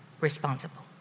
responsible